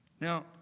now